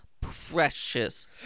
precious